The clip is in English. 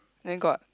then got